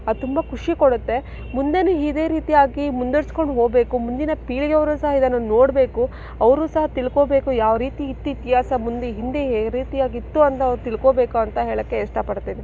ಅದು ತುಂಬ ಖುಷಿ ಕೊಡುತ್ತೆ ಮುಂದೇನೂ ಇದೇ ರೀತಿಯಾಗಿ ಮುಂದ್ವರ್ಸ್ಕೊಂಡು ಹೋಗ್ಬೇಕು ಮುಂದಿನ ಪೀಳಿಗೆಯವರು ಸಹ ಇದನ್ನು ನೋಡಬೇಕು ಅವರು ಸಹ ತಿಳ್ಕೊಬೇಕು ಯಾವ ರೀತಿ ಇತ್ತು ಇತಿಹಾಸ ಮುಂದೆ ಹಿಂದೆ ರೀತಿಯಾಗಿ ಇತ್ತು ಅಂತ ಅವ್ರು ತಿಳ್ಕೊಬೇಕು ಅಂತ ಹೇಳಕ್ಕೆ ಇಷ್ಟಪಡ್ತೀನಿ